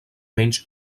menys